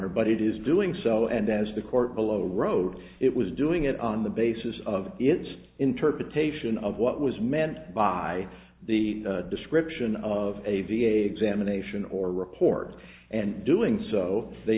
or but it is doing so and as the court below wrote it was doing it on the basis of its interpretation of what was meant by the description of a v a examination or report and doing so they